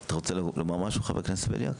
אתה רוצה לומר משהו, חבר הכנסת בליאק,